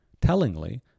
Tellingly